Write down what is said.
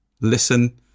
Listen